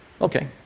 Okay